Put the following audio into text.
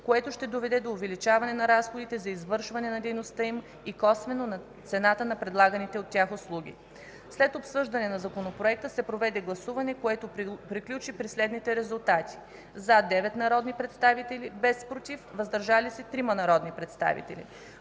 което ще доведе до увеличаване на разходите за извършване на дейността им и косвено на цената на предлаганите от тях услуги. След обсъждане на Законопроекта се проведе гласуване, което приключи при следните резултати: „за” 9 народни представители, без „против”, „въздържали се” 3. Въз основа